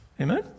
Amen